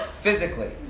physically